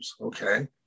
okay